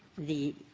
the